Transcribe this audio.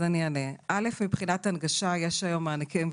מבחינת הנגשה, יש היום מענקים.